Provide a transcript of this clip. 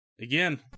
again